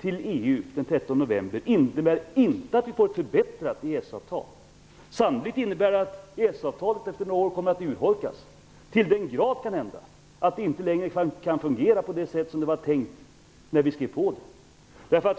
till EU den 13 november innebär inte att det blir ett förbättrat EES-avtal. Sannolikt innebär det att EES-avtalet efter några år kommer att urholkas, kanske till den grad att det inte längre kan fungera på det sätt som det var tänkt när vi skrev under det.